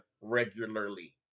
regularly